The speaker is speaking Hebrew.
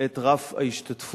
את רף ההשתתפות